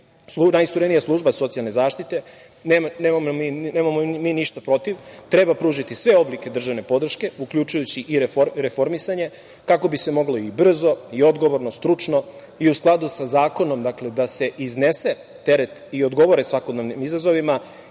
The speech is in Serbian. najisturenija služba socijalne zaštite, nemamo mi ništa protiv, treba pružiti sve oblike državne podrške uključujući i reformisanje, kako bi se moglo i brzo i odgovorno, stručno i u skladu sa zakonom, dakle, da se iznese teret i odgovore svakodnevnim izazovima